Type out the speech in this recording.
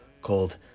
called